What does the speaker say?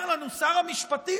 אומר לנו שר המשפטים: